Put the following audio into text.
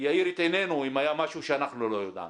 יאיר את עיננו אם היה משהו שאנחנו לא ידענו.